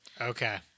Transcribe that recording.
Okay